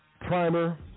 primer